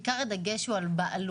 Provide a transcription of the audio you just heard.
עיקר הדגש הוא על בעלות.